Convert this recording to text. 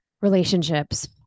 relationships